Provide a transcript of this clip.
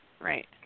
Right